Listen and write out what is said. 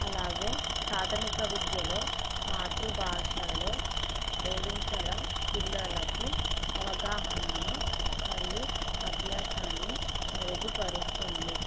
అలాగే ప్రాథమిక విద్యలో మాతృభాషలో బోధించడం పిల్లలకు అవగాహనను మరియు అభ్యాసాన్ని మెరుగుపరుస్తుంది